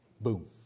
boom